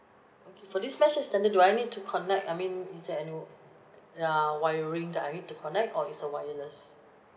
for this mesh extender do I need to connect I mean is there any w~ uh wiring that I need to connect or it's a wireless